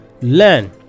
learn